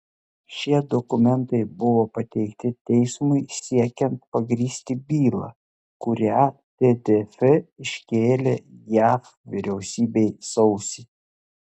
šie dokumentai buvo pateikti teismui siekiant pagrįsti bylą kurią tdf iškėlė jav vyriausybei sausį